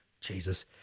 Jesus